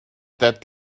that